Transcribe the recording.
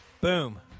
Boom